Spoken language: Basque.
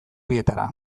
bietara